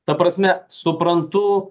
ta prasme suprantu